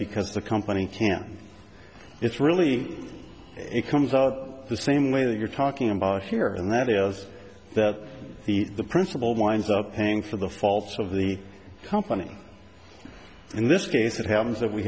because the company can it's really it comes out the same way that you're talking about here and that is that the principal winds up paying for the faults of the company in this case it happens that we